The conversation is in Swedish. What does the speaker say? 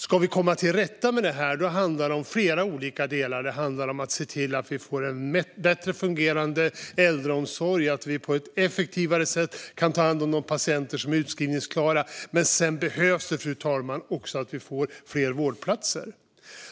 Ska vi komma till rätta med det här handlar det om flera olika delar. Det handlar om att se till att vi får en bättre fungerande äldreomsorg och att vi på ett effektivare sätt kan ta hand om de patienter som är utskrivningsklara. Sedan behövs också fler vårdplatser, fru talman.